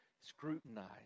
scrutinized